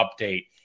update